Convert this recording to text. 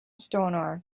stonor